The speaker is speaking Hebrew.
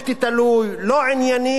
לא ענייני ולא מקצועי,